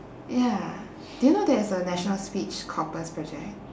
ya do you know there's a national speech corpus project